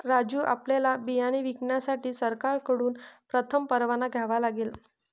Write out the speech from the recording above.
राजू आपल्याला बियाणे विकण्यासाठी सरकारकडून प्रथम परवाना घ्यावा लागेल